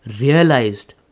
realized